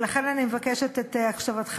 ולכן אני מבקשת את הקשבתך,